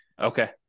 Okay